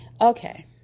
Okay